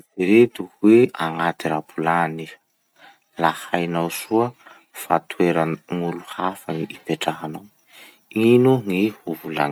Eritsereto hoe agnaty roplany iha, la hainao soa fa toera gn'olo hafa gny ipetrahanao. Ino gny hovolagninao?